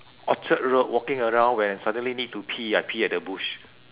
orchard road walking around when I suddenly need to pee I pee at the bush